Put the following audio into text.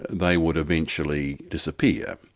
they would eventually disappear.